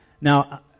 now